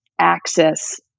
access